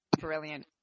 brilliant